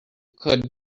could